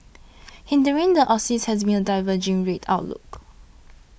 hindering the Aussie has been a diverging rate outlook